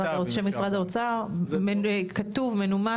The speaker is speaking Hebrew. שיהיה כתוב באופן מנומק.